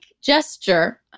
gesture